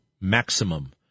maximum